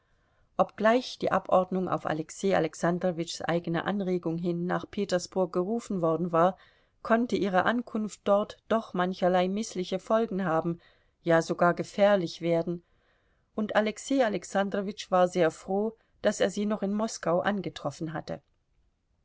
obgleich die abordnung auf alexei alexandrowitschs eigene anregung hin nach petersburg gerufen worden war konnte ihre ankunft dort doch mancherlei mißliche folgen haben ja sogar gefährlich werden und alexei alexandrowitsch war sehr froh daß er sie noch in moskau angetroffen hatte